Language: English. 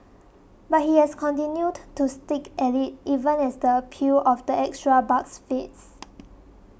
but he has continued to stick at it even as the appeal of the extra bucks fades